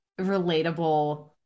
relatable